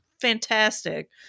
fantastic